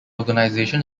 organisation